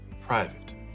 Private